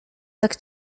tak